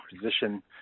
position